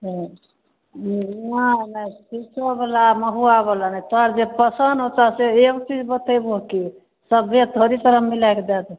नहि नहि शीशो बला महुआ बला नहि तोहर जे पसंद होतो से एगो चीज बतेबहो की सबे थोड़े तोरा मिलाके दै देबहो